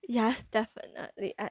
yes definitely